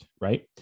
right